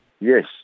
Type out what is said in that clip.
Yes